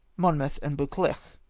monmouth and buccleuch.